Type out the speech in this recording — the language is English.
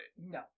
No